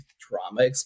trauma